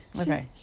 Okay